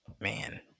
man